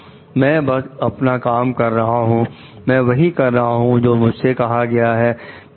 " मैं बसअपना काम कर रहा हूं" "मैं वही कर रहा हूं जो मुझसे कहा गया है"